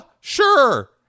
sure